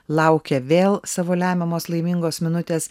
laukia vėl savo lemiamos laimingos minutės